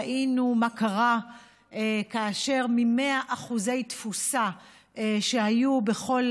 ראינו מה קרה כאשר מ-100% תפוסה שהיו בכל